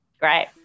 Great